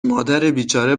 مادربیچاره